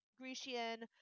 Grecian